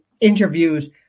interviews